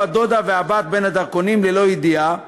הדודה והבת בין הדרכונים ללא ידיעה.